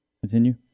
Continue